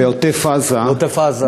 בעוטף-עזה.